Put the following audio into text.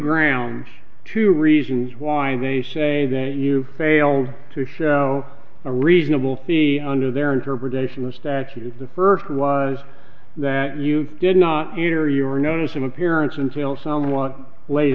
grounds two reasons why they say that you failed to show a reasonable fee under their interpretation the statute is the first was that you did not enter your notice of appearance until somewhat la